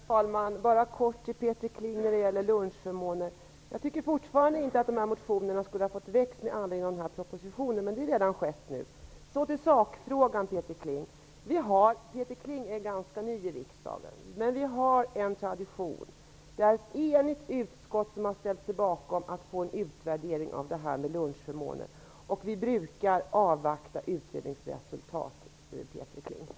Herr talman! När det gäller lunchförmåner vill jag bara säga till Peter Kling att jag fortfarande inte tycker att de här motionerna skulle ha fått väckas med anledning av propositionen, men det är redan skett nu. Låt mig gå över till sakfrågan. Peter Kling är ganska ny i riksdagen. Vi har en tradition. Det är ett enigt utskott som har ställt sig bakom en utvärdering av lunchförmånerna. Vi brukar avvakta utredningsresultat, Peter Kling.